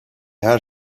her